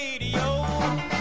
radio